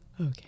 Okay